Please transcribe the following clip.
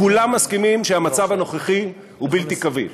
כולם מסכימים שהמצב הנוכחי הוא בלתי קביל.